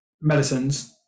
medicines